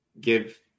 Give